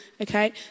okay